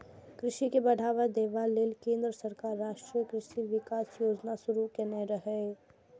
कृषि के बढ़ावा देबा लेल केंद्र सरकार राष्ट्रीय कृषि विकास योजना शुरू केने रहै